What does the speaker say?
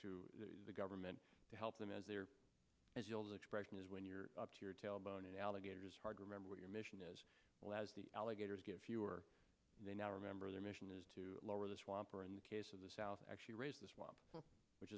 to the government to help them as their news when you're up to your tailbone in alligators hard to remember your mission as well as the alligators get fewer they now remember their mission is to lower the swamp or in the case of the south actually raise the swamp which